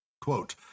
Quote